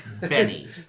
Benny